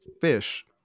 fish